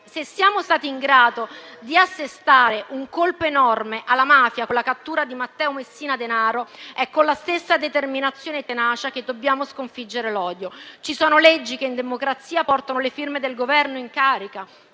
Se siamo stati in grado di assestare un colpo enorme alla mafia con la cattura di Matteo Messina Denaro, è con la stessa determinazione e tenacia che dobbiamo sconfiggere l'odio. Ci sono leggi che in democrazia portano le firme del Governo in carica